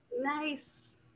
Nice